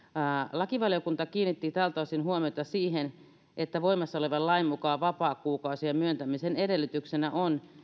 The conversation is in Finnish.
lakivaliokunta kiinnitti tältä osin huomiota siihen että voimassa olevan lain mukaan vapaakuukausien myöntämisen edellytyksenä on